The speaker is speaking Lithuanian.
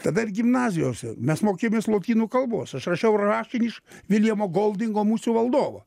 tada ir gimnazijose mes mokėmės lotynų kalbos aš rašau rašinį iš viljamo goldingo musių valdovo